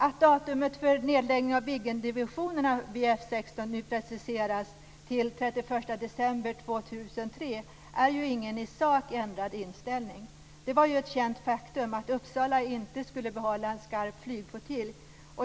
Att datumet för nedläggningen av Viggendivisionerna vid F 16 nu preciseras till den 31 december 2003 innebär ju ingen i sak ändrad inställning. Det var ju ett känt faktum att Uppsala inte skulle behålla en skarp flygflottilj.